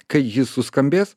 kai jis suskambės